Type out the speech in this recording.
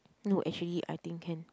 no actually I think can